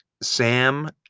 Sam